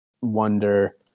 wonder